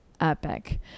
epic